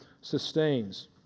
sustains